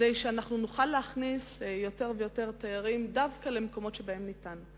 כדי שאנחנו נוכל להכניס יותר ויותר תיירים דווקא למקומות שבהם זה ניתן.